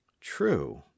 true